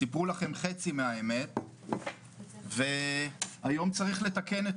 סיפרו לכם חצי מהאמת והיום צריך לתקן את